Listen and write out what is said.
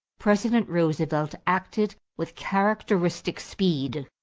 president roosevelt acted with characteristic speed,